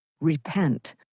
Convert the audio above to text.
Repent